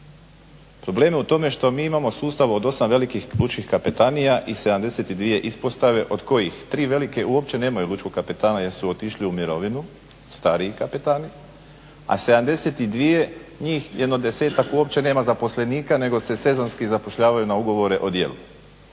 Problem je u tome što mi imamo sustav od 8 velikih lučkih kapetanija i 72 ispostave od kojih 3 velike uopće nemaju lučkog kapetana jer su otišli u mirovini, stariji kapetani, a 72 njih jedno 10-tak uopće nema zaposlenika nego se sezonski zapošljavaju na ugovore o djelu.